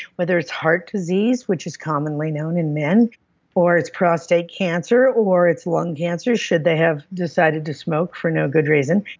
whether it's heart disease, which is commonly known in men or it's prostate cancer, or it's lung cancer should they have decided to smoke for no good reason.